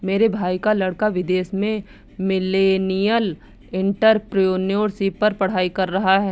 मेरे भाई का लड़का विदेश में मिलेनियल एंटरप्रेन्योरशिप पर पढ़ाई कर रहा है